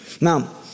Now